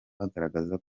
bagaragaza